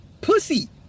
pussy